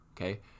okay